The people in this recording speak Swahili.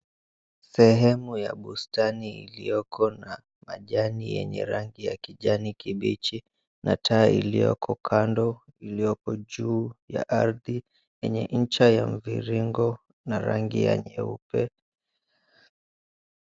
Sehemu ya bustani ilioko na majani yenye rangi ya kijani kibichi na taa ilioko kando ilioko juu ya ardhi yenye ncha ya mviringo na rangi ya nyeupe.